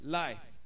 life